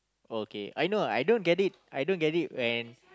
okay I know I don't get it I don't get it when